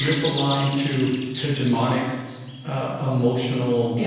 misaligned to hegemonic ah emotional yeah